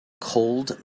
cold